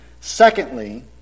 Secondly